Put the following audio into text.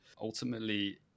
Ultimately